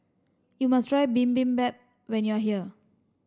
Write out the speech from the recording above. you must try Bibimbap when you are here